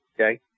Okay